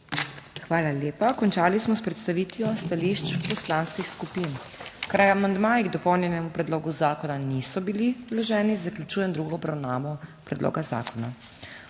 Hvala lepa. Končali smo s predstavitvijo stališč poslanskih skupin. Ker amandmaji k dopolnjenemu predlogu zakona niso bili vloženi, zaključujem drugo obravnavo predloga zakona.